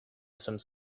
some